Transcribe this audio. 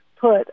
put